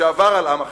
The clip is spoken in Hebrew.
שעבר על עם אחר.